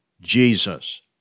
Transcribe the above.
Jesus